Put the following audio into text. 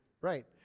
right